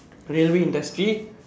railway industry